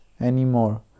anymore